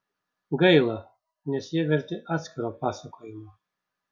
gaila nes jie verti atskiro pasakojimo